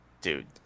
dude